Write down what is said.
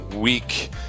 week